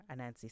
Anansi